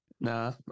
Nah